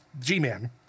G-Man